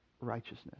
righteousness